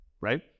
right